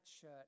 shirt